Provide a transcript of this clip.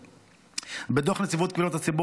טופס 17. בדוח נציבות קבילות הציבור